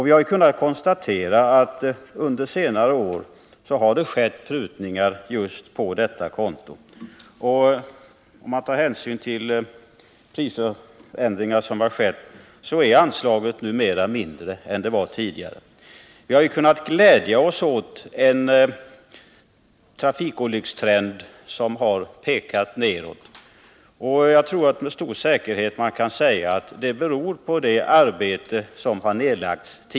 Vi har kunnat konstatera att under senare år har det skett prutningar just på detta konto. Om man tar hänsyn till prisändringar som skett finner man att anslaget numera är mindre än det var tidigare. Vi har kunnat glädja oss åt en trafikolyckstrend som pekat nedåt, och jag tror att man med stor säkerhet kan säga att det beror på det arbete som tidigare nedlagts.